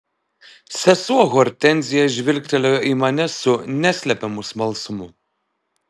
sesuo hortenzija žvilgtelėjo į mane su neslepiamu smalsumu